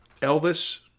Elvis